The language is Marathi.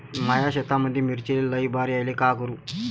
माया शेतामंदी मिर्चीले लई बार यायले का करू?